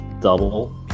double